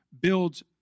builds